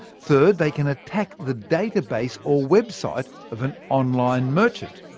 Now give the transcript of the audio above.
third, they can attack the database or website of an online merchant.